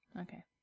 Okay